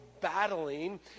battling